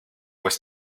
was